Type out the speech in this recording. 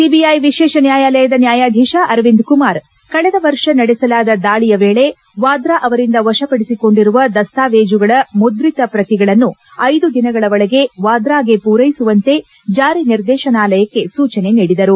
CBI ವಿಶೇಷ ನ್ವಾಯಾಲಯದ ನ್ವಾಯಾಧೀಶ ಅರವಿಂದ್ ಕುಮಾರ್ ಕಳೆದ ವರ್ಷ ನಡೆಸಲಾದ ದಾಳಿಯ ವೇಳೆ ವಾದ್ರಾರಿಂದ ವಶಪಡಿಸಿಕೊಂಡಿರುವ ದಾಸ್ತಾವೇಜುಗಳ ಮುದ್ರಿತ ಪ್ರತಿಗಳನ್ನು ಐದು ದಿನಗಳ ಒಳಗೆ ವಾದ್ರಾಗೆ ಪೂರೈಸುವಂತೆ ಜಾರಿ ನಿರ್ದೇಶನಾಲಯಕ್ಕೆ ಸೂಚನೆ ನೀಡಿದರು